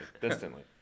Distantly